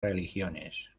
religiones